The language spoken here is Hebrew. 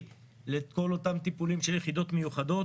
לכל אותם טיפולים של יחידות מיוחדות,